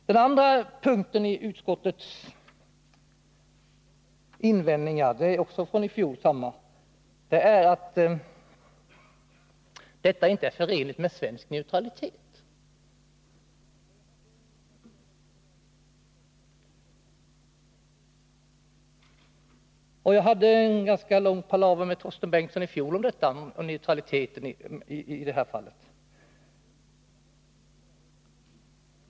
Den andra punkten i utskottets invändningar — som också den är från i fjol —är att detta inte är förenligt med svensk neutralitet. Jag hade en ganska lång palaver med Torsten Bengtson i fjol om neutraliteten i det här fallet.